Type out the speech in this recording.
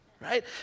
right